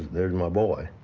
there's my boy.